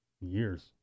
years